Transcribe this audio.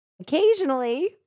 occasionally